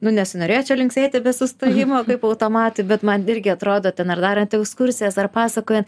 nu nesinorėjo čia linksėti be sustojimo kaip automatui bet man irgi atrodo ten ar darant ekskursijas ar pasakojant